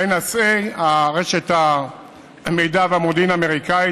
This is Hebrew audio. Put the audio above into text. ה-NSA, רשת המידע והמודיעין האמריקנית.